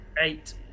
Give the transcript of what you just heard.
Eight